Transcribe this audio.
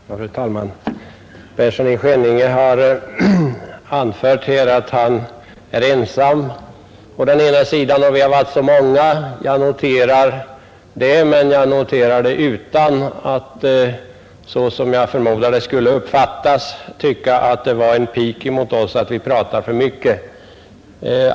Fru talman! Herr Persson i Skänninge sade att han är ensam att yttra sig från den ena sidan medan talarna från vårt håll varit så många. Jag noterar detta, men jag noterar det utan att — som jag förmodar att det skulle uppfattas — ta det som en pik mot oss att vi pratar för mycket.